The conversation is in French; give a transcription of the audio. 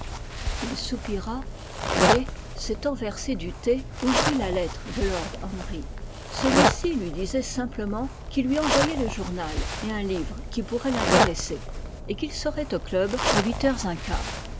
il soupira et s'étant versé du thé ouvrit la lettre de lord henry celui-ci lui disait simplement qu'il lui envoyait le journal et un livre qui pourrait l'intéresser et qu'il serait au club à huit heures un quart